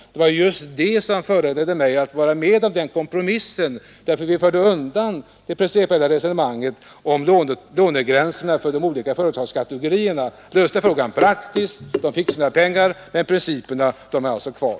Och det var just det som föranledde mig att vara med på den kompromiss där vi förde undan det principiella resonemanget om lånegränserna för de olika kategorierna av företag och löste frågan praktiskt. Företagen fick sina pengar, men de gamla principerna är kvar.